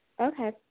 Okay